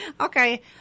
okay